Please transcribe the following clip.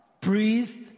priest